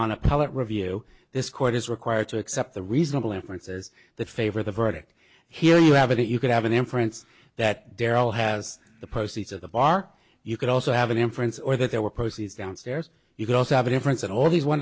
on appellate review this court is required to accept the reasonable inferences that favor the verdict here you have it you could have an inference that darryl has the proceeds of the bar you could also have an inference or that there were proceeds downstairs you could also have a difference in all these one